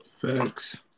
Thanks